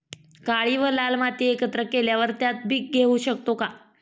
काळी व लाल माती एकत्र केल्यावर त्यात पीक घेऊ शकतो का?